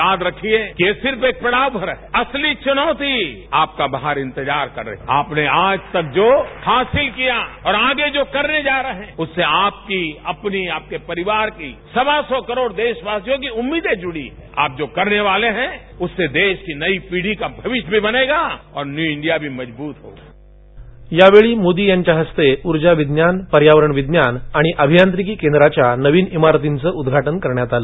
याद रखिये कि ये सिर्फ ये प्रणाब है असली चूनौती आपका बहार इत्त्जार कर रही है आपने आज तक जो हसील किया है और आगे जो करने जा रहे है उसे आपकी आपने आपने परिवार की सव्वासे करोडो देशवासियों की उम्मीदी जुडी है आप जो करनेवाले है उसे देश के नई पिढी का भविष्य बनेगा और न्यू इर्खिया भी मजबूत होंगी यावेळी मोदी यांच्या हस्ते ऊर्जाविज्ञान पर्यावरणविज्ञान आणि अभियांत्रिकी केंद्राच्या नवीन इमारतींचं उद्दाटन करण्यात आलं